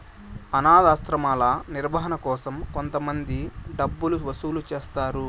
అనాధాశ్రమాల నిర్వహణ కోసం కొంతమంది డబ్బులు వసూలు చేస్తారు